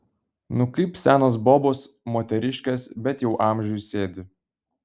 nu kaip senos bobos moteriškės bet jau amžiui sėdi